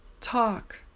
Talk